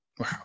Wow